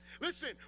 Listen